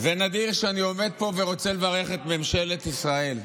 זה נדיר שאני עומד פה ורוצה לברך את ממשלת ישראל,